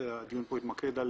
הדיון כאן התמקד על